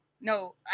no